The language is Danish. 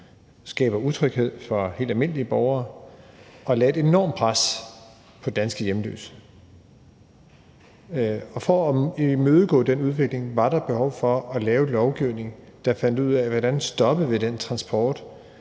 skabte utryghed for helt almindelige borgere og lagde et enormt pres på danske hjemløse. For at imødegå den udvikling var der behov for at lave en lovgivning, der ville gøre, at vi stoppede den transport